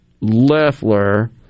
Leffler